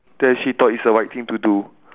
then she thought it's the right thing to do